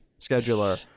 Scheduler